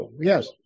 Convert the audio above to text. yes